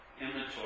inventory